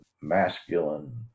masculine